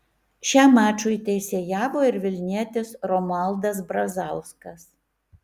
šiam mačui teisėjavo ir vilnietis romualdas brazauskas